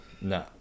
no